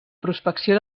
prospecció